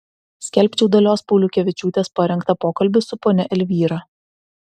skelbčiau dalios pauliukevičiūtės parengtą pokalbį su ponia elvyra